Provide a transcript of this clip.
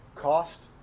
cost